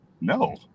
No